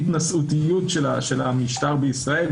"התנשיאותיות" של המשטר בישראל,